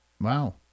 Wow